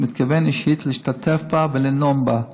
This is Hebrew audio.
להשתתף בה ולנאום בה,